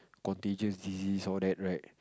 contagious diseases all that right